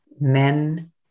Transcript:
Men